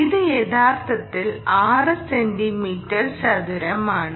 ഇത് യഥാർത്ഥത്തിൽ 6 സെന്റീമീറ്റർ ചതുരമാണ്